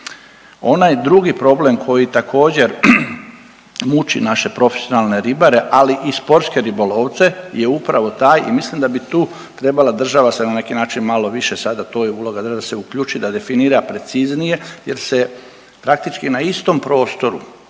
Onaj drugi problem koji također muči naše profesionalne ribare, ali i sportske ribolovce je upravo taj i mislim da bi tu trebala država se na neki način malo više sada, to je uloga države da se uključi i da definira preciznije jer se praktički na istom prostoru